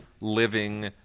living